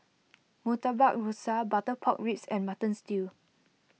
Murtabak Rusa Butter Pork Ribs and Mutton Stew